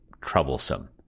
troublesome